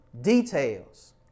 details